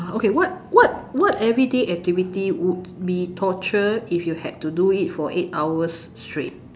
okay what what what everyday activity would be torture if you had to do it for eight hours straight